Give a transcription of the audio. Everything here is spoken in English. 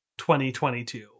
2022